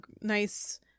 nice